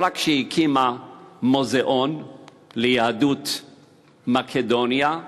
לא רק הקימה מוזיאון ליהדות מקדוניה,